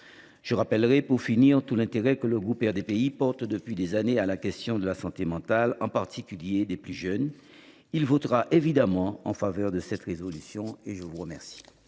Je rappellerai pour finir tout l’intérêt que le groupe RDPI porte depuis des années à la question de la santé mentale, en particulier celle des plus jeunes. Il votera évidemment en faveur de cette proposition de résolution.